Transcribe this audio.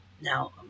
now